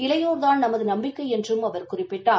இளையோர்தான் நமது நம்பிக்கை என்றும் அவர் குறிப்பிட்டார்